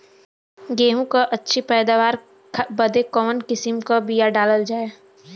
गेहूँ क अच्छी पैदावार बदे कवन किसीम क बिया डाली जाये?